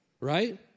right